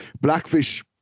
Blackfish